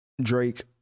Drake